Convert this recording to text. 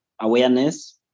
awareness